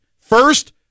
First